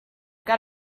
got